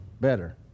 better